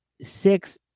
six